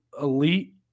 elite